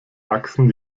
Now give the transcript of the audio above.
wachsen